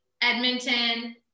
Edmonton